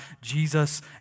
Jesus